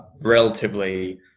relatively